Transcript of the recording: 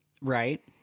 Right